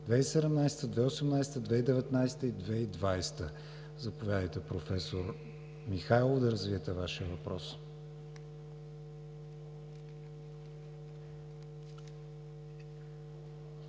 2017-а, 2018-а, 2019-а и 2020-а. Заповядайте, професор Михайлов, да развиете Вашия въпрос.